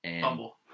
Bumble